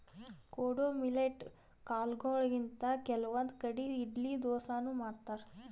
ಕೊಡೊ ಮಿಲ್ಲೆಟ್ ಕಾಲ್ಗೊಳಿಂತ್ ಕೆಲವಂದ್ ಕಡಿ ಇಡ್ಲಿ ದೋಸಾನು ಮಾಡ್ತಾರ್